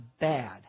bad